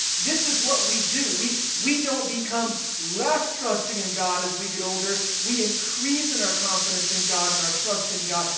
this is what we do we we don't become less trusting in god as we get older. we increase in our confidence in god and our trust in god.